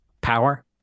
power